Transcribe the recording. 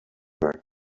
her